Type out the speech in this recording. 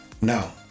Now